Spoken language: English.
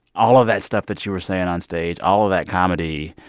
all of that stuff that you were saying on stage, all of that comedy,